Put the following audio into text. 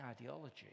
ideology